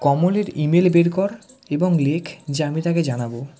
কমলের email বের কর এবং লেখ যে আমি তাকে জানাব